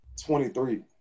23